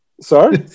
sorry